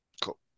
Cool